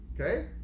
Okay